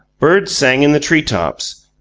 birds sang in the tree-tops,